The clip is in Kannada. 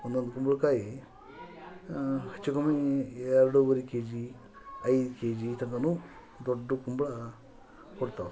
ಒಂದೊಂದು ಕುಂಬಳಕಾಯಿ ಹೆಚ್ಚು ಕಮ್ಮಿ ಎರಡುವರೆ ಕೆಜಿ ಐದು ಕೆಜಿ ಈ ಥರನೂ ದೊಡ್ಡ ಕುಂಬಳ ಕೊಡ್ತಾವೆ